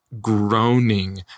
groaning